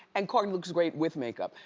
and cardi looks great with make-up.